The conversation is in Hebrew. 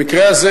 במקרה הזה,